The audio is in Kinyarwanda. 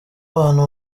abantu